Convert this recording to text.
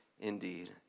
indeed